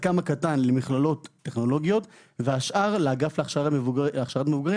חלקם הקטן למכללות טכנולוגיות והשאר לאגף להכשרת מבוגרים,